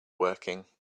working